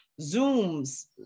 Zooms